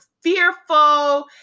fearful